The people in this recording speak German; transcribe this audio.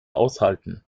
aushalten